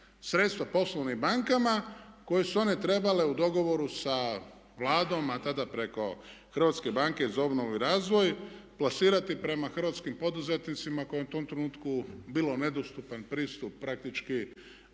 sredstva poslovnim bankama koje su one trebale u dogovoru sa Vladom, a tada preko HBOR-a plasirati prema hrvatskim poduzetnicima kojima je u tom trenutku bio nedostupan pristup praktički